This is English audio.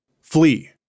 Flee